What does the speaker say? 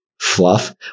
fluff